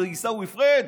זה עיסאווי פריג'?